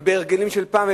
שהם בדקו הרגלים של פעם,